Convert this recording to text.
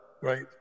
Right